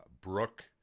Brooke